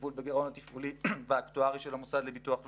לטיפול בגירעון התפעולי והאקטוארי של המוסד לביטוח לאומי,